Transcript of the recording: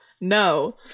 no